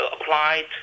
applied